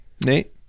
Nate